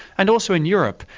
and also in europe.